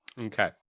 Okay